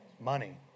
Money